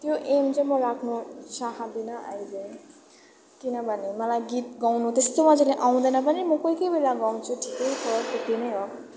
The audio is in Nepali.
त्यो एम चाहिँ म राख्नु चाहदिनँ अहिले किनभने मलाई गीत गाउनु त्यस्तो मजाले आउँदैन पनि म कोही कोही बेला गाउँछु ठिकै छ त्यति नै हो